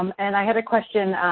um and i have a question.